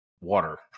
water